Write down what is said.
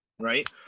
right